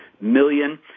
million